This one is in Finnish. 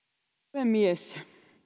puhemies